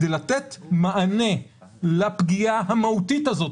כדי לתת מענה לפגיעה המהותית הזאת